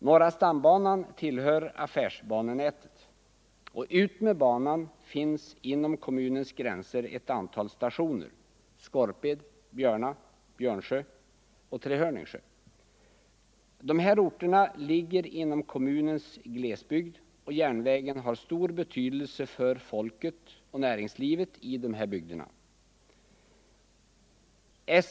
Norra stambanan tillhör affärsbanenätet, och utmed banan finns inom kommunens gränser ett antal stationer: Skorped, Björna, Björnsjö och Trehörningsjö. Dessa orter ligger inom kommunens glesbygd, och järnvägen har stor betydelse för folket och näringslivet i dessa bygder.